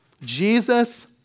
Jesus